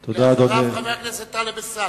ואחריו, חבר הכנסת טלב אלסאנע.